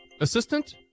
assistant